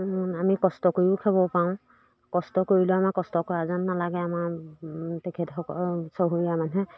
আমি কষ্ট কৰিও খাব পাৰোঁ কষ্ট কৰিলে আমাৰ কষ্ট কৰা যেন নালাগে আমাৰ তেখেতসকল চহৰীয়া মানুহে